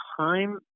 time